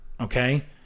okay